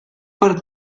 per